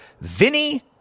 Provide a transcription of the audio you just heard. Vinny